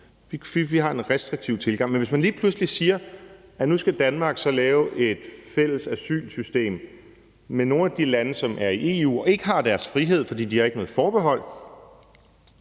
Vi har en restriktiv tilgang. Men hvis man lige pludselig siger, at nu skal Danmark så lave et fælles asylsystem med nogle af de lande, som er i EU og ikke har deres frihed, fordi de ikke har noget forbehold,